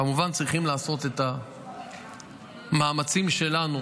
כמובן, צריכים לעשות את המאמצים שלנו